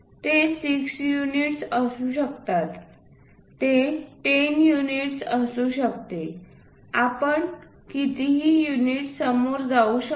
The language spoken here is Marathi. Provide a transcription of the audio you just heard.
ते 6 युनिट्स असू शकतात ते 10 युनिट्स असू शकते आपण कितीही युनिट समोर जाऊ शकतो